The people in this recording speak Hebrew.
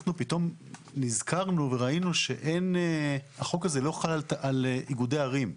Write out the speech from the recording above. אנחנו פתאום נזכרנו וראינו שהחוק הזה לא חל על איגודי ערים.